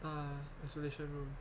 ah isolation room